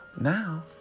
Now